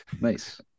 Nice